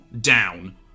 ...down